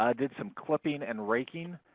ah did some clipping and raking.